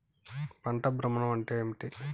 పంట భ్రమణం అంటే ఏంటి?